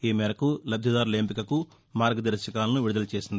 ఈ మేరకు లబ్దిదారుల ఎంపికకు మార్గదర్శకాలను విడుదల చేసింది